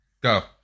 Go